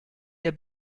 der